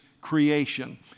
creation